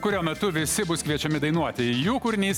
kurio metu visi bus kviečiami dainuoti jų kūrinys